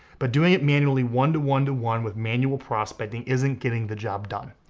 but doing it manually one to one to one with manual prospecting isn't getting the job done.